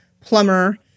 plumber